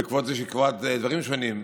בעקבות זה שהיא קובעת דברים שונים,